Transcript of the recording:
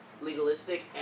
legalistic